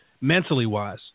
mentally-wise